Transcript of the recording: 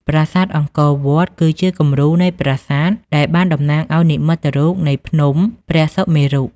ប្រាសាទអង្គរវត្តគឺជាគំរូនៃប្រាសាទដែលបានតំណាងឲ្យនិមិត្តរូបនៃភ្នំព្រះសុមេរុ។